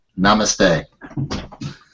Namaste